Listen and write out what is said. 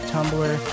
Tumblr